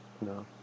no